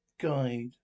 guide